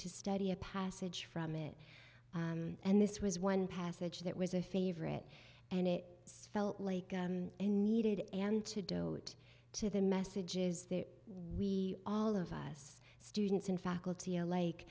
to study a passage from it and this was one passage that was a favorite and it felt like a needed antidote to the messages that we all of us students and faculty alike